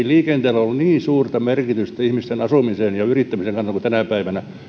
liikenteellä ole ollut niin suurta merkitystä ihmisten asumisen ja yrittämisen kannalta kuin tänä päivänä